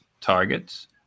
targets